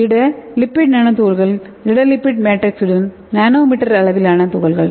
திட lipid nano துகள்கள் திட லிப்பிட் மேட்ரிக்ஸுடன் நானோமீட்டர் அளவிலான துகள்கள்